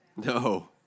No